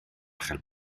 chael